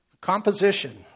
Composition